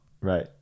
Right